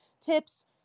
tips